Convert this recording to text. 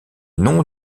noms